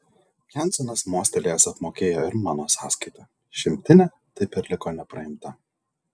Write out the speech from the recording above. jansonas mostelėjęs apmokėjo ir mano sąskaitą šimtinė taip ir liko nepraimta